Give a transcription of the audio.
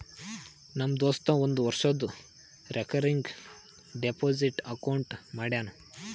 ನಮ್ ದೋಸ್ತ ಒಂದ್ ವರ್ಷದು ರೇಕರಿಂಗ್ ಡೆಪೋಸಿಟ್ ಅಕೌಂಟ್ ಮಾಡ್ಯಾನ